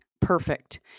perfect